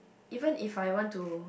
even if I want to